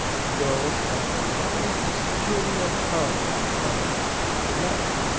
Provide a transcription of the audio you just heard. those who have the lower posterior part of the body too flat,